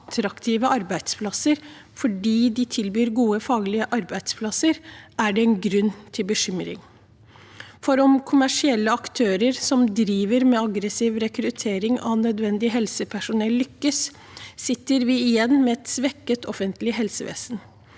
attraktive arbeidsplasser fordi de tilbyr gode faglige arbeidsplasser, er det grunn til bekymring. For om kommersielle aktører som driver med aggressiv rekruttering av nødvendig helsepersonell, lykkes, sitter vi igjen med et svekket offentlig helsevesen.